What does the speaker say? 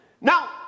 Now